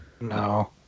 No